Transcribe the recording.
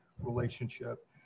Relationship